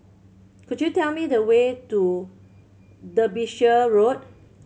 could you tell me the way to Derbyshire Road